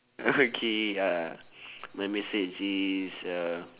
okay my message is uh